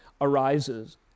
arises